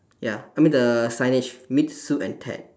ya I mean the signage meet sue and ted